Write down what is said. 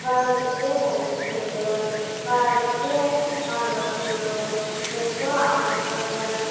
వారు ఇచ్చే హెల్త్ కేర్లోనే వారు ఇచ్చే అనుమతులలోనూ ఎంతో ఆనందంగానూ